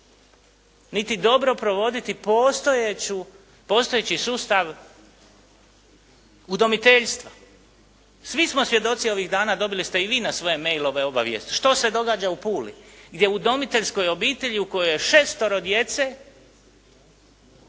niti dobro provoditi postojeći sustav udomiteljstva. Svi smo svjedoci ovih dana, dobili ste i vi na svoje e-mailove obavijest što se događa u Puli, gdje u udomiteljskoj obitelji u kojoj je šestero djece,